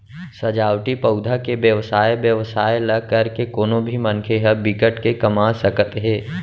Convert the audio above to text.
सजावटी पउधा के बेवसाय बेवसाय ल करके कोनो भी मनखे ह बिकट के कमा सकत हे